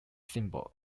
symbol